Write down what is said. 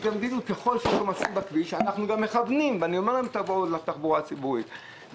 ככל שיש עומסים בכביש אנחנו מכוונים לתחבורה הציבורית,